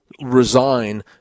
resign